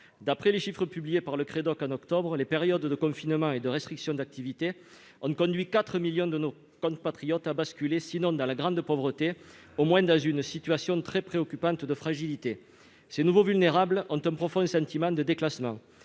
l'observation des conditions de vie (Crédoc) en octobre, les périodes de confinements et de restrictions d'activité ont conduit quatre millions de nos compatriotes à basculer, sinon dans la grande pauvreté, du moins dans une situation très préoccupante de fragilité. Ces « nouveaux vulnérables » ont un profond sentiment de déclassement